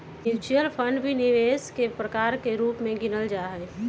mutual fund भी निवेश के प्रकार के रूप में गिनल जाहई